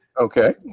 Okay